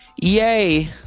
Yay